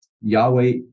Yahweh